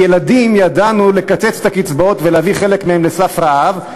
לילדים ידענו לקצץ את הקצבאות ולהביא חלק מהם לסף רעב,